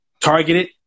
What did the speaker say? Targeted